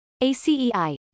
ACEI